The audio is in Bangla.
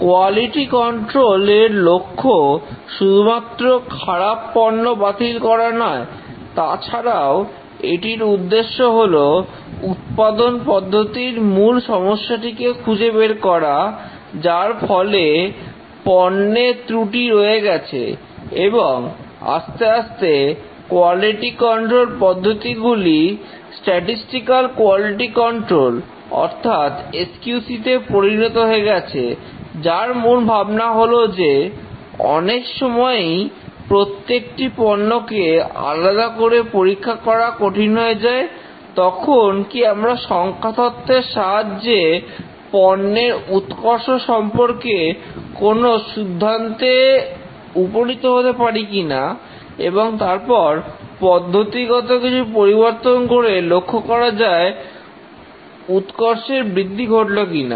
কোয়ালিটি কন্ট্রোল এর লক্ষ্য শুধুমাত্র খারাপ পণ্য বাতিল করা নয় তাছাড়াও এটির উদ্দেশ্য হলো উৎপাদন পদ্ধতির মূল সমস্যাটিকে খুঁজে বের করা যার ফলে পণ্যে ত্রুটি রয়ে গেছে এবং আস্তে আস্তে কোয়ালিটি কন্ট্রোল পদ্ধতিগুলি স্টাতিস্টিক্যাল কোয়ালিটি কন্ট্রোল অর্থাৎ SQC তে পরিণত হয়ে গেছে যার মূল ভাবনা হলো যে অনেক সময়ই প্রত্যেকটি পণ্যকে আলাদা করে পরীক্ষা করা কঠিন হয়ে যায় তখন কি আমরা সংখ্যাতত্ত্বের সাহায্যে পণ্যের উৎকর্ষ সম্পর্কে কোন সিদ্ধান্তে উপনীত হতে পারি কিনা এবং তারপর পদ্ধতিগত কিছু পরিবর্তন করে লক্ষ্য করা যায় উৎকর্ষের বৃদ্ধি ঘটলো কিনা